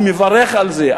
אני מברך על זה.